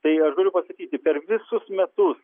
tai aš galiu pasakyti per visus metus